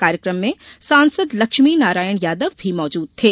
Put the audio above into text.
कार्यकम में सांसद लक्ष्मीनारायण यादव भी मौजूद थे